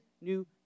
new